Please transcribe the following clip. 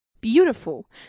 Beautiful